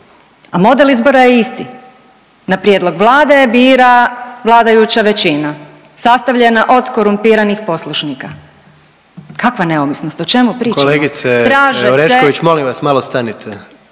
a model izbora je isti. Na prijedlog Vlade bira vladajuća većina sastavljena od korumpiranih poslušnika. Kakva neovisnost, o čemu pričamo? …/Upadica: Kolegice Orešković, molim vas …/… Traže